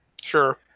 Sure